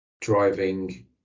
driving